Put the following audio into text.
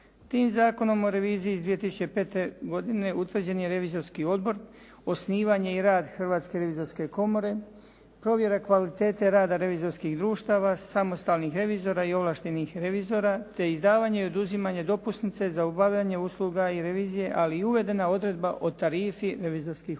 Tim Zakonom o reviziji iz 2005. godine utvrđen je Revizorski odbor, osnivanje i rad Hrvatske revizorske komore, provjera kvalitete rada revizorskih društava, samostalnih revizora i ovlaštenih revizora te izdavanje i oduzimanje dopusnice za obavljanje usluga i revizije, ali i uvedena odredba o tarifi revizorskih usluga.